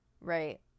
right